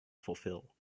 fulfill